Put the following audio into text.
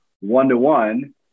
one-to-one